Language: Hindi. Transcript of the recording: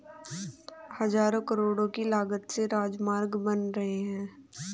हज़ारों करोड़ की लागत से राजमार्ग बन रहे हैं